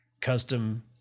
custom